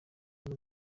muri